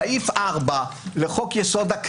סעיף 4 לחוק-יסוד: הכנסת,